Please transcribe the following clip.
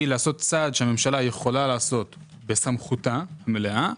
לעשות צעד שהממשלה יכולה לעשות בסמכותה המלאה,